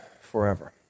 forever